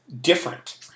different